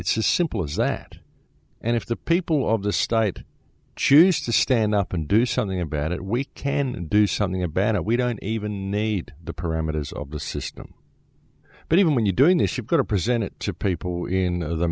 it's as simple as that and if the people of the state choose to stand up and do something about it we can do something about it we don't even need the parameters of the system but even when you doing this you've got to present it to people in the